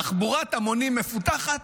תחבורת המונים מפותחת,